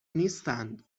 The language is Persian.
نیستند